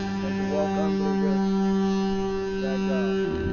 and to walk humbly with thy god